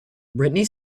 britney